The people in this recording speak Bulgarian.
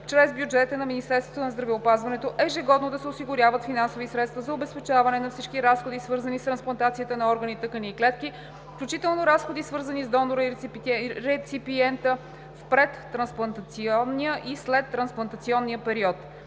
чрез бюджета на Министерството на здравеопазването ежегодно да се осигуряват финансови средства за обезпечаване на всички разходи, свързани с трансплантацията на органи, тъкани и клетки, включително разходи, свързани с донора и реципиента в предтрансплантационния и следтрансплантационния период.